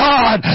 God